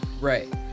Right